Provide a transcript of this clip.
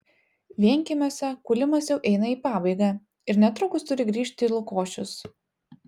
vienkiemiuose kūlimas jau eina į pabaigą ir netrukus turi grįžti lukošius